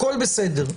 הכול בסדר,